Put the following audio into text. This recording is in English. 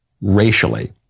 racially